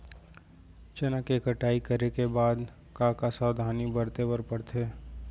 चना के कटाई करे के बाद का का सावधानी बरते बर परथे?